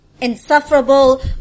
insufferable